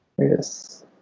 Yes